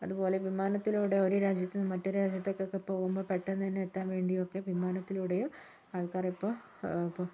അതുപോലെ വിമാനത്തിലൂടെ ഒര് രാജ്യത്ത് നിന്ന് മറ്റൊരു രാജ്യത്തേക്കൊക്കെ പോകുമ്പോൾ പെട്ടന്ന് തന്നെ എത്താൻ വേണ്ടിയൊക്കെ വിമാനത്തിലൂടെയും ആൾക്കാരിപ്പോൾ ഇപ്പം